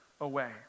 away